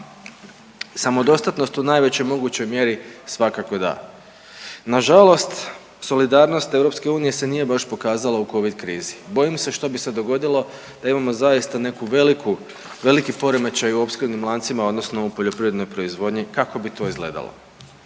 samodostatnost u najvećoj mogućoj mjeri svakako da. Nažalost solidarnost EU se nije baš pokazala u Covid krizi. Bojim se što bi se dogodilo da imamo zaista neku veliku, veliki poremećaj u opskrbnim lancima odnosno u poljoprivrednoj proizvodnji, kako bi to izgledalo.